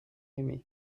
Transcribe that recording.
aimé